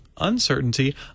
uncertainty